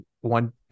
one